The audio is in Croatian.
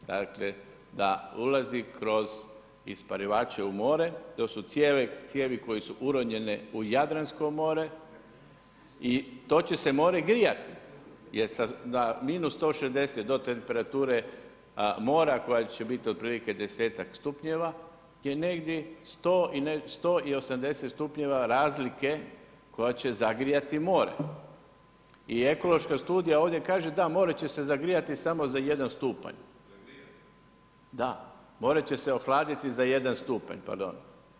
Dakle da ulazi kroz isparivače u more, to su cijevi koje su uronjene u Jadransko more i to će se more grijati jer na -160 do temperature mora koja će biti otprilike 10ak stupnjeva je negdje 180 stupnjeva razlike koja će zagrijati more i ekološka studija ovdje kaže da, more će se zagrijati samo za 1 stupanj, da, more će se ohladiti za 1 stupanj, pardon.